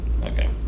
Okay